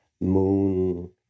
moon